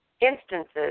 instances